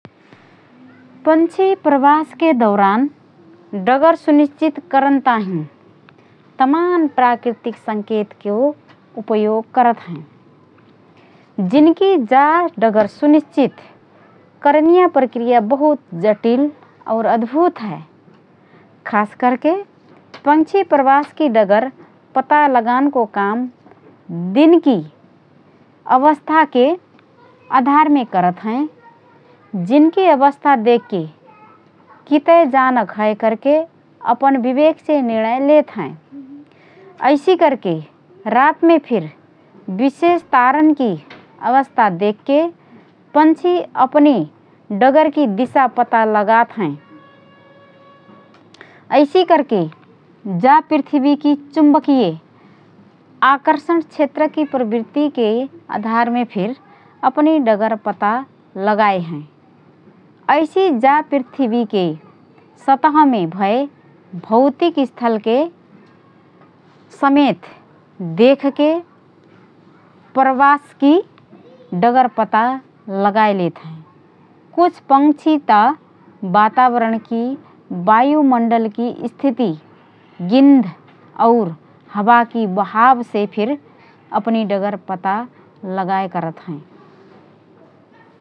पक्षी प्रवासके दौरान डगर सुनिश्चित करन ताहिँ तमान प्राकृतिक संकेतके उपयोग करत हएँ । जिनकी जा डगर सुनिश्चित करनिया प्रक्रिया बहुत जटिल और अद्भुत हए । खास करके पक्षी प्रवासकी डगर पता लगानको काम दिन(सुर्य)की अवस्थाके आधारमे करत हएँ । दिनकी अवस्था देखके कितए जानक हए करके अपन विवेकसे निर्णय लेतहएँ । ऐसि करके रातमे फिर विशेष तारनकी अवस्था देखके पक्षी अपनि डगरकी दिशा पता लगात हएँ। ऐसि करके जा पृथ्वीकी चुम्बकीय आकर्षण क्षेत्रकी प्रावृत्तिके आधारमे फिर अपनि डगर पता लगात हएँ । ऐसि जा पृथ्वीके सतहमे भए भौतिक स्थलके समेत देखके प्रवासकी डगर पता लगाए लेतहएँ । कुछ पक्षी त वातावरणकी वायु मण्डलकी स्थिति, गिन्ध और हावाकी वहावसे फिर अपनि डगर पता लगाए करत हएँ ।